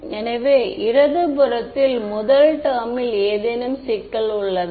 எனவே இடது புறத்தில் முதல் டெர்மில் ஏதேனும் சிக்கல் உள்ளதா